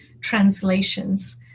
translations